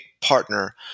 partner